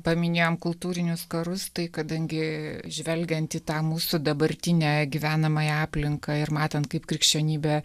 paminėjom kultūrinius karus tai kadangi žvelgiant į tą mūsų dabartinę gyvenamąją aplinką ir matant kaip krikščionybė